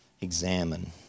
examine